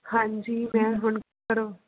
ਹਾਂਜੀ ਮੈਂ ਹੁਣ ਘਰੋਂ